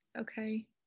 okay